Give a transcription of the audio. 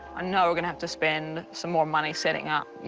know we're gonna have to spend some more money setting up, you